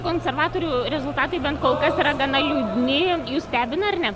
konservatorių rezultatai bent kol kas yra gana jau minėjome jus stebina ar ne